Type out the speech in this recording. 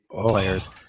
players